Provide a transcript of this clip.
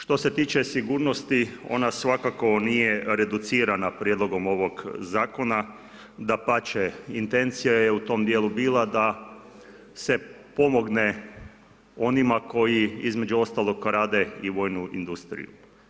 Što se tiče sigurnosti, ona svakako nije reducirana prijedlogom ovog zakona, dapače, intencija je u tom dijelu bila da se pomogne onima koji, između ostalog rade i vojnu industriju.